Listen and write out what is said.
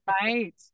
Right